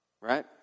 right